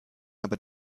aber